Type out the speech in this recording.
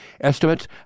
Estimates